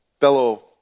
fellow